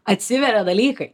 atsiveria dalykai